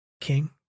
king